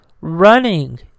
running